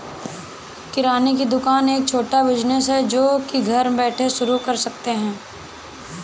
किराने की दुकान एक छोटा बिज़नेस है जो की घर बैठे शुरू कर सकते है